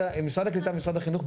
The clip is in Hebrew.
משרד העלייה והקליט ומשרד החינוך,